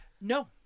No